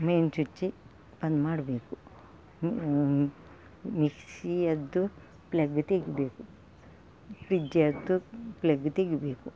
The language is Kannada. ಮೇನ್ ಚಿಚ್ಚಿ ಬಂದು ಮಾಡಬೇಕು ಮಿಕ್ಸಿಯದ್ದು ಪ್ಲಗ್ ತೆಗಿಬೇಕು ಫ್ರಿಜ್ಜದ್ದು ಪ್ಲಗ್ ತೆಗಿಬೇಕು